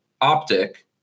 optic